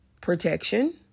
protection